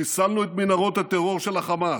חיסלנו את מנהרות הטרור של החמאס,